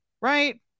right